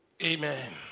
amen